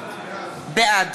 בעד